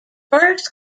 first